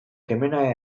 kemena